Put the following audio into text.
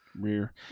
rear